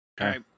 Okay